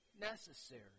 necessary